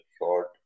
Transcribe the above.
short